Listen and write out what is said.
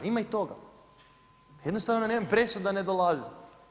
Ima i toga, jednostavno presuda ne dolazi.